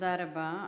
תודה רבה.